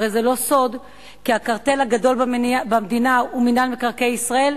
הרי זה לא סוד כי הקרטל הגדול במדינה הוא מינהל מקרקעי ישראל,